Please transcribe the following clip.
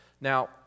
Now